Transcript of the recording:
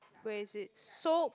where is it so